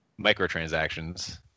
microtransactions